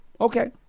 Okay